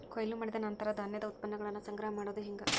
ಕೊಯ್ಲು ಮಾಡಿದ ನಂತರ ಧಾನ್ಯದ ಉತ್ಪನ್ನಗಳನ್ನ ಸಂಗ್ರಹ ಮಾಡೋದು ಹೆಂಗ?